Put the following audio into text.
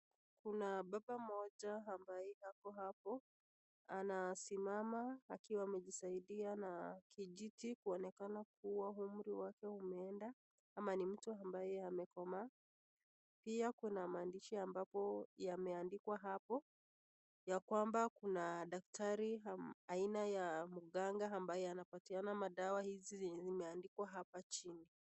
Kuna baba mmoja ambaye ako hapo anasimama akiwa amejisaidia na kijiti kuonekana kuwa umri wake umeenda ama ni mtu ambaye amekomaa. Pia kuna maandishi ambapo yameandikwa hapo ya kwamba kuna daktari aina ya mganga ambaye anapatiana madawa hizi zenye zimeandikwa hapa chini.